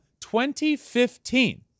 2015